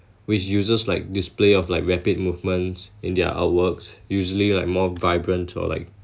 which uses like display of like rapid movements in their outworks usually like more vibrant or like